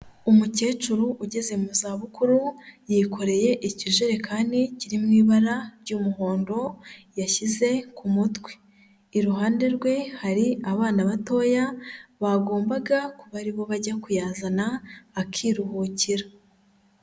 Umukecuru ugeze mu za bukuru yikoreye ikijerekani kiri mu ibara ry'umuhondo yashyize ku mutwe, iruhande rwe hari abana batoya bagombaga kuba aribo bajya kuyazana akiruhukira.